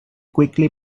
quickly